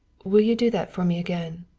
will you do that for me again?